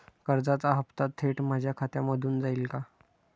कर्जाचा हप्ता थेट माझ्या खात्यामधून जाईल का?